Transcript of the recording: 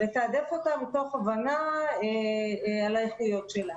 לתעדף אותה מתוך הבנה של האיכויות שלה.